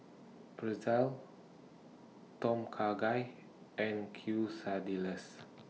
Pretzel Tom Kha Gai and Quesadillas